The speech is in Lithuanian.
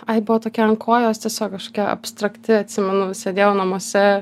ai buvo tokia ant kojos tiesiog kažkokia abstrakti atsimenu sėdėjau namuose